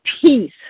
peace